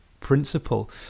principle